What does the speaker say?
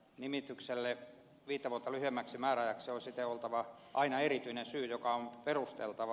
nimitykselle viittä vuotta lyhyemmäksi määräajaksi on siten oltava aina erityinen syy joka on perusteltava